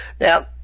Now